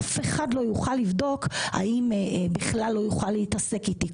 אף אחד לא יוכל לבדוק ובכלל לא יוכל להתעסק איתי.